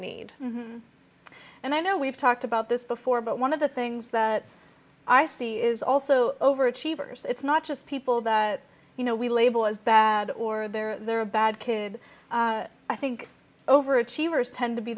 need and i know we've talked about this before but one of the things that i see is also over achievers it's not just people that you know we label as bad or they're a bad kid i think over achievers tend to be